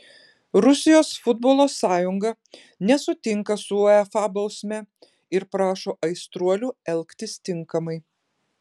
rusijos futbolo sąjunga nesutinka su uefa bausme ir prašo aistruolių elgtis tinkamai